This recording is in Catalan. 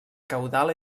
caudal